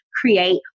create